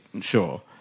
sure